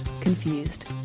Confused